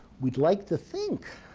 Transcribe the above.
we'd like to think